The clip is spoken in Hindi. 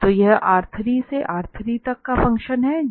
तो यह R3 से R3 तक का फंक्शन है